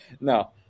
No